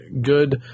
good